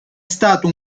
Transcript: stato